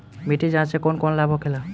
मिट्टी जाँच से कौन कौनलाभ होखे?